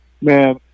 man